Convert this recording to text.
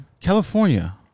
California